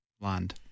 Land